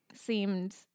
Seemed